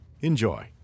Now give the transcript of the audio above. Enjoy